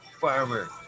Farmer